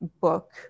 book